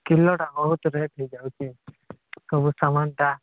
କିଲୋଟା ବହୁତ ରେଟ୍ ହେଇଯାଉଛି ସବୁ ସାମାନଟା